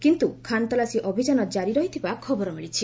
କିନ୍ତୁ ଖାନତଲାସୀ ଅଭିଯାନ ଜାରି ରହିଥିବା ଖବର ମିଳିଛି